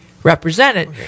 Represented